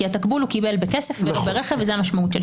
כי התקבול הוא קיבל בכסף ולא ברכב וזה המשמעות.